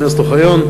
חבר הכנסת אוחיון,